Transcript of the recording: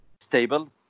stable